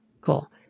cool